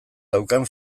daukan